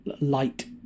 light